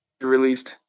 released